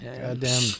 Goddamn